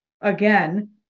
again